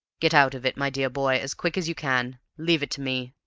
get out of it, my dear boy, as quick as you can leave it to me.